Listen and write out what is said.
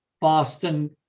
Boston